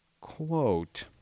quote